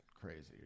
crazy